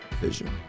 vision